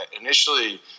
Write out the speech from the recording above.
initially